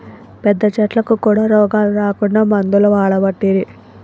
పెద్ద చెట్లకు కూడా రోగాలు రాకుండా మందులు వాడబట్టిరి